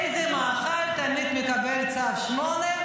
איזה מאכל תמיד מקבל צו 8?